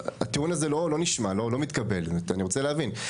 הטיעון הזה לא נשמע, לא מתקבל, אני רוצה להבין.